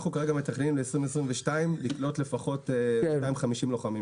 אנחנו מתכננים ל-2022 לקלוט לפחות 250 לוחמים.